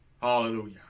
Hallelujah